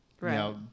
Right